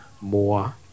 more